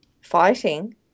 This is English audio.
Fighting